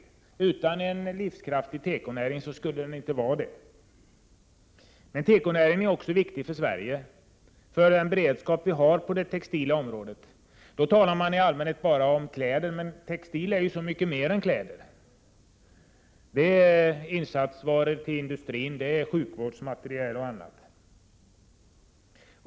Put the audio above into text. Den skulle inte vara det utan en livskraftig tekonäring. Tekonäringen är emellertid också viktig för hela Sverige och för den beredskap vi har på det textila området. Man talar i allmänhet bara om kläder, men textil är så mycket mer än kläder. Det är insatsvaror till industrin, sjukvårdsmateriel och annat.